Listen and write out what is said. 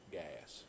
gas